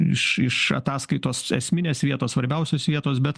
iš iš ataskaitos esminės vietos svarbiausios vietos bet